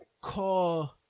call